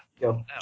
Go